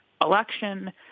election